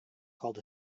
called